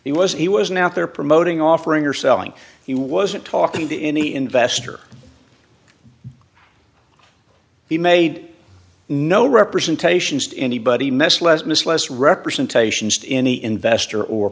he was he wasn't out there promoting offering or selling he wasn't talking to any investor he made no representations to anybody mess less miss less representations to any investor or